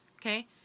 Okay